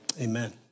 amen